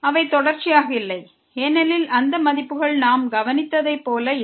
அவை தொடர்ச்சியாக இல்லை ஏனெனில் அந்த மதிப்புகள் நாம் கவனித்ததைப் போல இல்லை